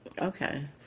Okay